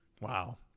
wow